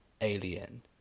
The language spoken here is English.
alien